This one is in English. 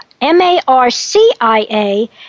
M-A-R-C-I-A